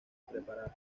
preparar